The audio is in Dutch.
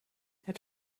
het